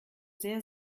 sehr